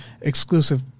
exclusive